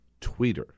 tweeter